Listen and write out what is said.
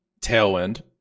Tailwind